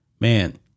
Man